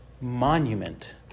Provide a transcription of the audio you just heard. monument